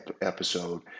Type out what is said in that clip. episode